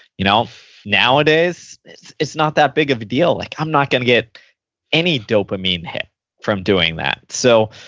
you know nowadays, it's it's not that big of a deal. like i'm not going to get any dopamine hit from doing that. so,